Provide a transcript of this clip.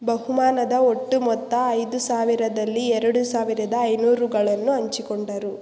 ಬಹುಮಾನದ ಒಟ್ಟು ಮೊತ್ತ ಐದು ಸಾವಿರದಲ್ಲಿ ಎರಡು ಸಾವಿರದ ಐನೂರುಗಳನ್ನು ಹಂಚಿಕೊಂಡರು